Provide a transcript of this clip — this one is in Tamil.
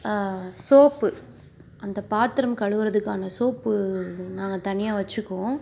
சோப்பு அந்த பாத்திரம் கழுவுகிறதுக்கான சோப்பு நாங்கள் தனியாக வச்சுக்குவோம்